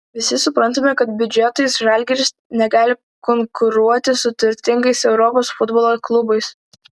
visi suprantame kad biudžetais žalgiris negali konkuruoti su turtingais europos futbolo klubais